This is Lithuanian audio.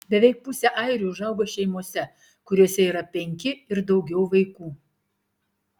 beveik pusė airių užauga šeimose kuriose yra penki ir daugiau vaikų